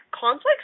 conflicts